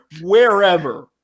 wherever